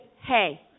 hey